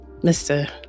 Mr